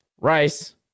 Rice